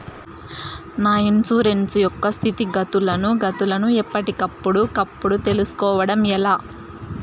నా ఇన్సూరెన్సు యొక్క స్థితిగతులను గతులను ఎప్పటికప్పుడు కప్పుడు తెలుస్కోవడం ఎలా?